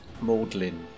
maudlin